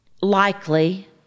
likely